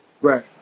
Right